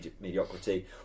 mediocrity